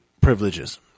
privileges